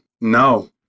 No